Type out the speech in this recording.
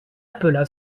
appela